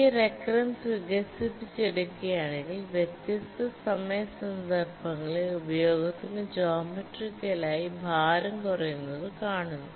ഈ റേക്കറൻസ് വികസിപ്പിച്ചെടുക്കുകയാണെങ്കിൽ വ്യത്യസ്ത സമയ സന്ദർഭങ്ങളിൽ ഉപയോഗത്തിന് ജോമെട്രിക്കലായി ഭാരം കുറയുന്നത് കാണുന്നു